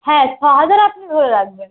হ্যাঁ ছহাজার আপনি ধরে রাখবেন